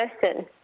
person